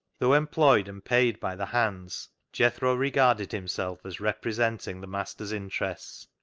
though employed and paid by the hands, jethro regarded himself as representing the masters' interests,